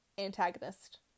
antagonist